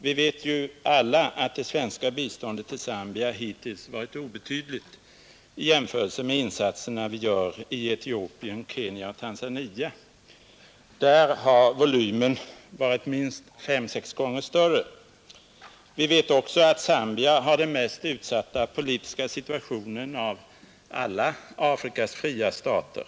Vi vet alla att det svenska biståndet till Zambia hittills varit obetydligt i jämförelse med de insatser vi gör i Etiopien, Kenya och Tanzania. Där Nr 125 har volymen varit minst fem sex gånger större. Vi vet också att Zambia Torsdagen den har den mest utsatta politiska situationen av alla Afrikas fria stater.